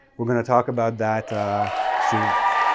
we're going to talk about that soon enough.